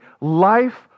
life